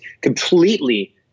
Completely